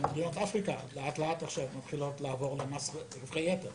בדרום אפריקה לאט-לאט מתחילים לעבור למס רווחי יתר.